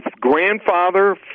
grandfather